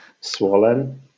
Swollen